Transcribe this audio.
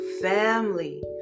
family